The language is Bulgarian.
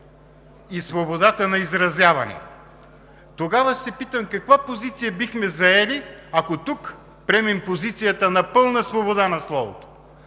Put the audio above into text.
и свободата на изразяване. Тогава се питам: каква позиция бихме заели, ако тук приемем позицията на пълна свобода на словото,